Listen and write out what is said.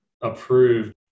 approved